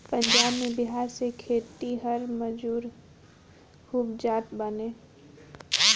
पंजाब में बिहार से खेतिहर मजूर खूब जात बाने